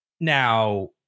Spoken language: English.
Now